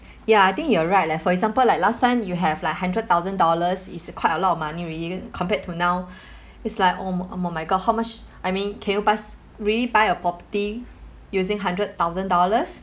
ya I think you're right like for example like last time you have like hundred thousand dollars it's a quite a lot of money really compared to now it's like oh oh my god how much I mean can you pass really buy a property using hundred thousand dollars